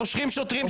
שנושכים שוטרים,